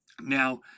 Now